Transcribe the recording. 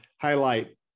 highlight